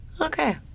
Okay